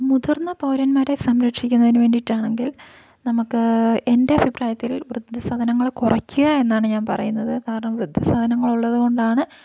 മുതിർന്ന പൗരന്മാരെ സംരക്ഷിക്കുന്നതിനു വേണ്ടിയിട്ടാണങ്കിൽ നമുക്ക് എൻ്റെ അഭിപ്രായത്തിൽ വൃദ്ധസദനങ്ങൾ കുറയ്ക്കുക എന്നാണ് ഞാൻ പറയുന്നത് കാരണം വൃദ്ധസദനങ്ങളുള്ളതു കൊണ്ടാണ്